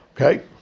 Okay